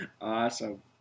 Awesome